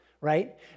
right